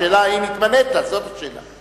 השאלה אם התמנית, זאת השאלה.